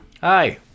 Hi